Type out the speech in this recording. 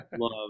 love